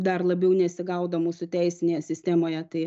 dar labiau nesigaudo mūsų teisinėje sistemoje tai